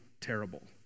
terrible